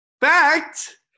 Fact